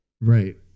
Right